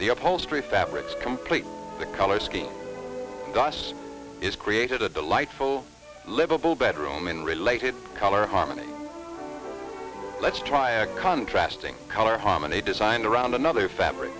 the upholstery fabrics complete the color scheme thus is created a delightful livable bedroom in related color harmony let's try a contrast in color harmony design around another fabric